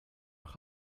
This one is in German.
nach